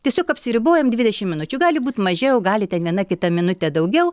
tiesiog apsiribojam dvidešim minučių gali būt mažiau gali ten viena kita minute daugiau